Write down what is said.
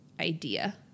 idea